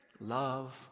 love